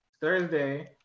Thursday